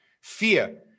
fear